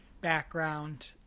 background